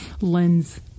lens